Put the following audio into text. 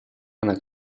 она